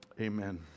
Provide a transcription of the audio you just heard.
Amen